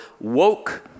woke